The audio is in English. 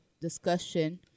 discussion